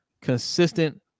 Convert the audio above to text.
consistent